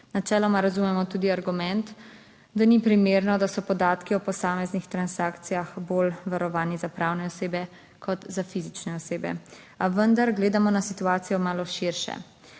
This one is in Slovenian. Načeloma razumemo tudi argument, da ni primerno, da so podatki o posameznih transakcijah bolj varovani za pravne osebe kot za fizične osebe, a vendar gledamo na situacijo malo širše.